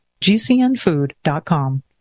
GCNfood.com